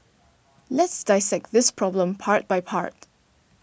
let's dissect this problem part by part